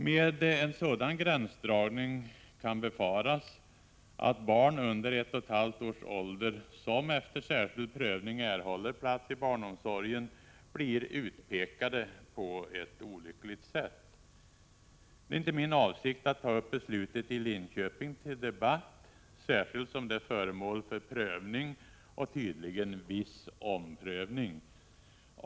Med en sådan gränsdragning kan befaras att barn under ett och ett halvt års ålder, som efter särskild prövning erhåller plats i barnomsorgen, blir utpekade på ett olyckligt sätt. Det är inte min avsikt att ta upp beslutet i Linköpings kommun till debatt, särskilt som det är föremål för prövning och tydligen viss omprövning.